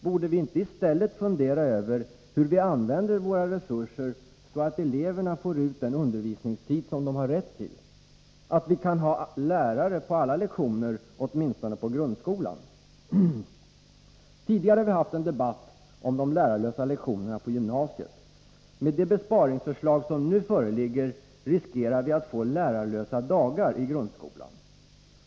Borde vi inte i stället fundera över hur vi använder våra resurser, så att eleverna får ut den undervisningstid som de har rätt till och så att vi kan ha lärare på alla lektioner, åtminstone i grundskolan? Tidigare har vi haft en debatt om de ”lärarlösa lektionerna” på gymnasiet. Med det besparingsförslag som nu föreligger riskerar vi att få ”lärarlösa dagar” i grundskolan.